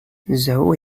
zhao